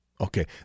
Okay